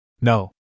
No